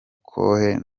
cohen